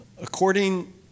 According